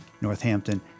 Northampton